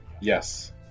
Yes